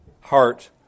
heart